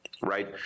right